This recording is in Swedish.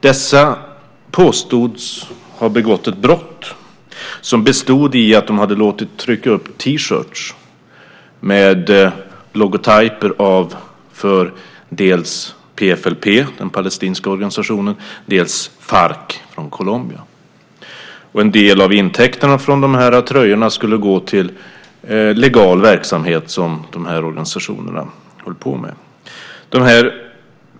De här personerna påstods ha begått ett brott bestående i att de låtit trycka upp T-shirtar med logotyper för dels den palestinska organisationen PFLP, dels Farc från Colombia. En del av intäkterna från tröjorna skulle gå till legal verksamhet som de här organisationerna håller på med.